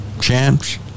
Chance